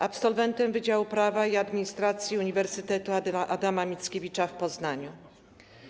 Absolwent Wydziału Prawa i Administracji Uniwersytetu Adama Mickiewicza w Poznaniu.